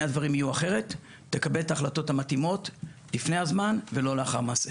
הדברים יהיו אחרת תקבל את ההחלטות המתאימות לפני הזמן ולא לאחר מעשה.